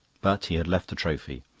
but he had left a trophy.